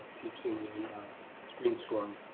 teach in the screen scoring